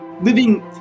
living